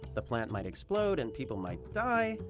the plant might explode, and people might die,